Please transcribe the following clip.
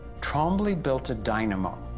trombly built a dynamo,